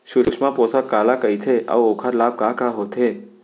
सुषमा पोसक काला कइथे अऊ ओखर लाभ का का होथे?